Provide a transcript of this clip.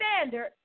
standard